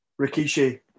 Rikishi